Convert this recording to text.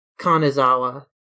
Kanazawa